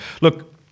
look